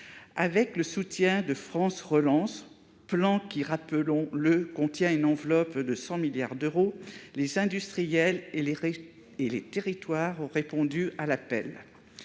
Avec le soutien de France Relance- plan qui, rappelons-le, contient une enveloppe de 100 milliards d'euros -, les industriels et les territoires ont répondu à l'appel.